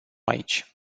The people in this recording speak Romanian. aici